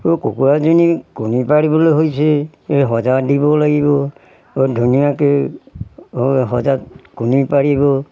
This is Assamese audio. কুকুৰাজনী কণী পাৰিবলৈ হৈছে এই সজাত দিব লাগিব ধুনীয়াকৈ সজাত কণী পাৰিব